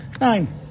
Nine